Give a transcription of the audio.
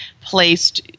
placed